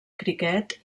criquet